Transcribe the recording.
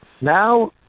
Now